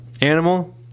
Animal